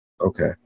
Okay